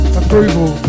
approval